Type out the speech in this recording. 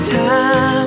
time